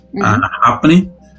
happening